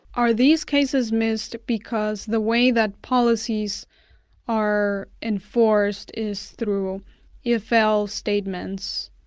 are these cases missed because the way that policies are enforced is through if else statements?